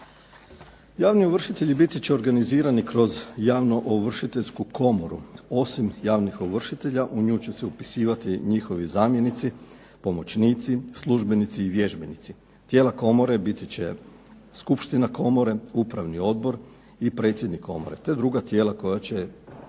Javni ovršitelji biti će organizirani kroz javnoovršiteljsku komoru, osim javnih ovršitelja u nju će se upisivati njihovi zamjenici, pomoćnici, službenici i vježbenici, tijela komore biti će skupština komore, upravni odbor i predsjednik komore, to je druga tijela koja će